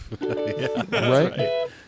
Right